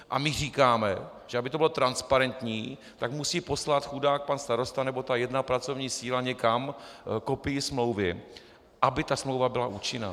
A my říkáme, že aby to bylo transparentní, tak musí poslat chudák pan starosta nebo jedna pracovní síla někam kopii smlouvy, aby smlouva byla účinná.